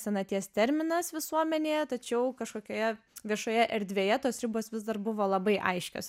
senaties terminas visuomenėje tačiau kažkokioje viešoje erdvėje tos ribos vis dar buvo labai aiškios